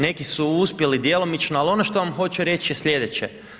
Neki su uspjeli djelomično, ali ono što vam hoću reći je slijedeće.